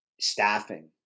staffing